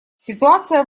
ситуация